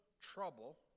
trouble